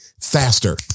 faster